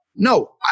No